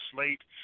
Slate